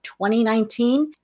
2019